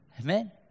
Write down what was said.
Amen